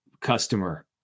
customer